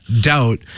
doubt